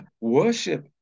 Worship